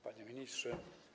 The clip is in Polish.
Panie Ministrze!